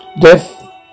Death